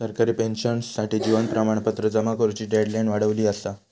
सरकारी पेंशनर्ससाठी जीवन प्रमाणपत्र जमा करुची डेडलाईन वाढवली असा